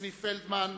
וצבי פלדמן,